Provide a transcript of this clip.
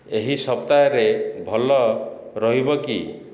ଏହି ସପ୍ତାହରେ ଭଲ ରହିବ କି